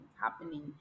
happening